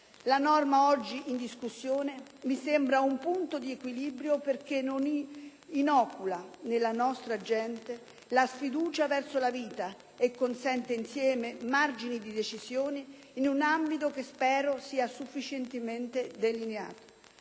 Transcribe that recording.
La norma oggi in discussione mi sembra un punto di equilibrio perché non inocula nella nostra gente la sfiducia verso la vita e consente, insieme, margini di decisione in un ambito che spero sia sufficientemente delineato.